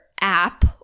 app